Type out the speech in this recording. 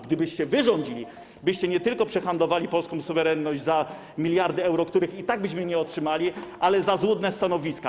Gdybyście rządzili, tobyście przehandlowali polską suwerenność nie tylko za miliardy euro, których i tak byśmy nie otrzymali, ale też za złudne stanowiska.